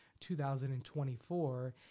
2024